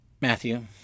matthew